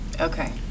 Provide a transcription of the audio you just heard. Okay